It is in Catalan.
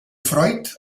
freud